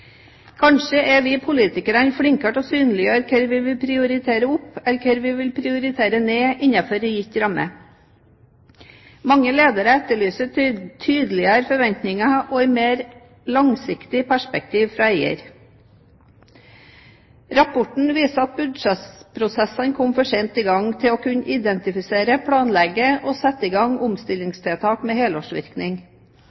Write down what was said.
Kanskje er vi politikere flinkere til å synliggjøre hva vi vil prioritere opp enn hva vi vil prioritere ned innenfor en gitt ramme. Mange ledere etterlyser tydeligere forventninger og et mer langsiktig perspektiv fra eier. Rapporten viser at budsjettprosessene kom for sent i gang til at man kunne identifisere, planlegge og sette i gang